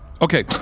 Okay